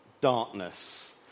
darkness